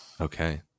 Okay